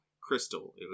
crystal